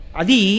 adi